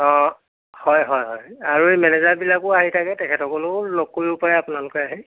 অঁ হয় হয় হয় আৰু এই মেনেজাৰবিলাকো আহি থাকে তেখেতসকলো লগ কৰিব পাৰে আপোনালোকে আহি